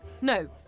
no